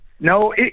No